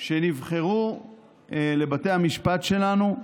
שנבחרו לבתי המשפט שלנו,